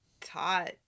taught